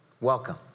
welcome